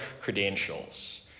credentials